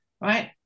right